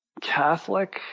Catholic